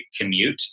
commute